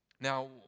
Now